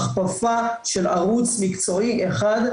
החפפה של ערוץ מקצועי אחד,